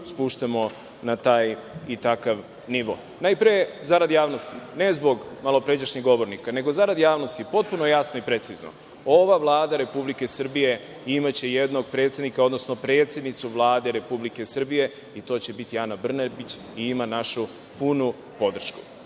spuštamo na taj i takav nivo. Najpre, ne zbog malopređašnjeg govornika, nego zarad javnosti, potpuno jasno i precizno, ova Vlada Republike Srbije imaće jednog predsednika, odnosno predsednicu Vlade Republike Srbije i to će biti Ana Brnabić i ima našu punu podršku.